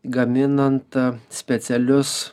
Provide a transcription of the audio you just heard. gaminant specialius